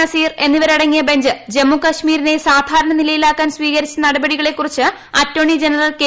നസീർ എന്നിവരടങ്ങിയ ബെഞ്ച് ജമ്മുകാശ്മീരിനെ സാധാരണ നിലയിലാക്കാൻ സ്വീകരിച്ച നടപടികളെ കുറിച്ച് അറ്റോർണി ജനറൽ കെ